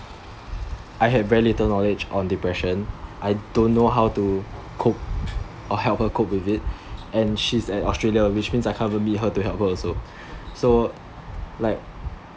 I had very little knowledge on depression I don't know how to cope or help her cope with it and she is at Australia which mean I can't meet her to help her also so like